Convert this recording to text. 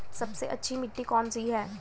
सबसे अच्छी मिट्टी कौन सी है?